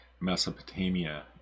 Mesopotamia